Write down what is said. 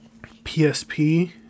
PSP